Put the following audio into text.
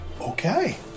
Okay